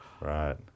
Right